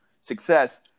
success